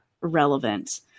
relevant